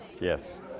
Yes